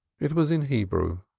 it was in hebrew.